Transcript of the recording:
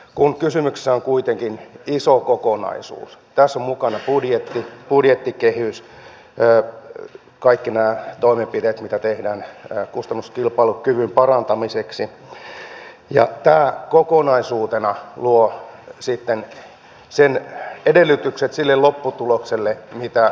kun kysymyksessä on kuitenkin iso kokonaisuus tässä on mukana budjetti budjettikehys kaikki nämä toimenpiteet mitä tehdään kustannuskilpailukyvyn parantamiseksi ja tämä kokonaisuutena luo sitten edellytykset sille lopputulokselle mitä haetaan